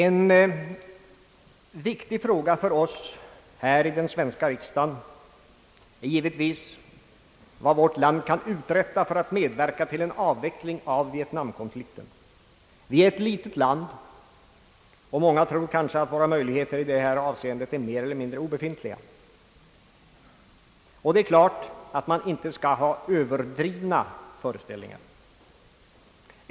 En viktig fråga för oss i den svenska riksdagen är givetvis vad vårt land kan uträtta för att medverka till en avveckling av vietnamkonflikten. Vi är ett litet land och många tror kanske att våra möjligheter i detta avseende är mer eller mindre obefintliga. Klart är att man inte skall ha överdrivna föreställningar.